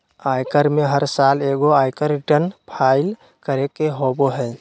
आयकर में हर साल एगो आयकर रिटर्न फाइल करे के होबो हइ